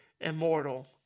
Immortal